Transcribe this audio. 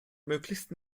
möglichst